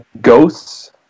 ghosts